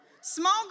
Small